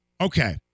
Okay